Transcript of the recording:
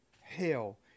hell